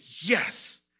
yes